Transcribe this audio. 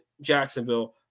Jacksonville